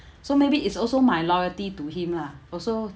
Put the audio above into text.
so maybe it's also my loyalty to him lah also